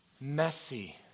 messy